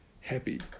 happy